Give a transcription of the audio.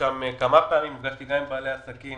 שם כמה פעמים ונפגשתי גם עם בעלי עסקים,